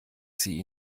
sie